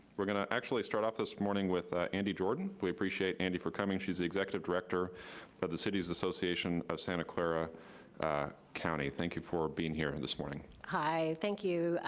we're gonna actually start off this morning with ah andi jordan. we appreciate andi for coming. she's the executive director of the cities association of santa clara county. thank you for being here and this morning. hi, thank you,